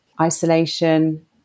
isolation